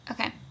Okay